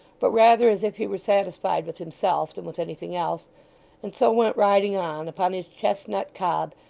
but rather as if he were satisfied with himself than with anything else and so went riding on, upon his chestnut cob,